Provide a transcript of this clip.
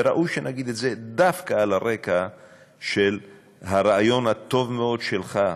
וראוי שנגיד את זה דווקא על הרקע של הרעיון הטוב מאוד שלך,